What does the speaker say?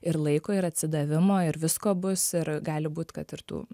ir laiko ir atsidavimo ir visko bus ir gali būt kad ir tų